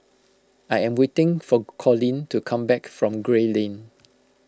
I am waiting for Collin to come back from Gray Lane